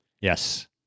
Yes